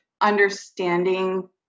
understanding